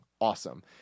awesome